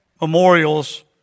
memorials